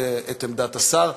את עמדת השר.